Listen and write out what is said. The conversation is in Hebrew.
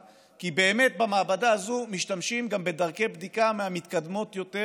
כי באמת במעבדה הזאת משתמשים בדרכי בדיקה מהמתקדמות יותר,